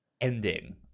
ending